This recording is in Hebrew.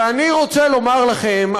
ואני רוצה לומר לכם,